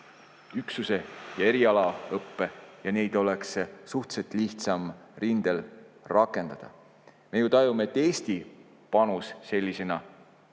üksuse- ja erialaõppe ja neid oleks suhteliselt lihtsam rindel rakendada. Me tajume, et Eesti panus sellisena